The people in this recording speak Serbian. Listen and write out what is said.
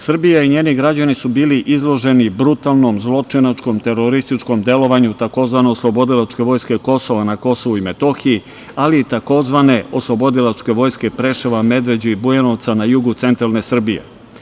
Srbija i njeni građani su bili izloženi brutalnom zločinačkom terorističkom delovanju tzv. Oslobodilačke vojske Kosova na Kosovu i Metohiji, ali i tzv. Oslobodilačke vojske Preševa, Medveđe i Bujanovca na jugu centralne Srbije.